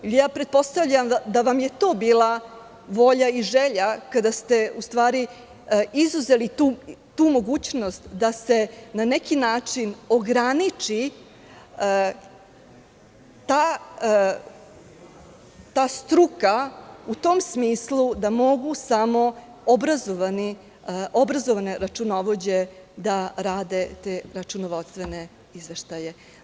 Pretpostavljam da vam je to bila volja i želja kada ste izuzeli tu mogućnost da se na neki način ograniči ta struka u tom smislu da mogu samo obrazovane računovođe da rade te računovodstvene izveštaje.